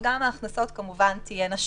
וגם כל ההכנסות כמובן תהיינה שלו.